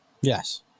Yes